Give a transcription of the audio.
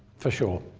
for sure.